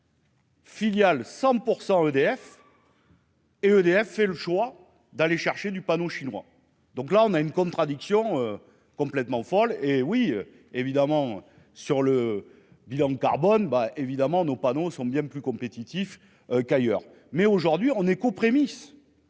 Filiale 100 % EDF. Et EDF et le choix d'aller chercher du panneau chinois, donc là on a une contradiction complètement folle, hé oui, évidemment, sur le bilan carbone bah évidemment nos panneaux sont bien plus compétitif qu'ailleurs, mais aujourd'hui on est qu'aux prémices.